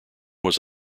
was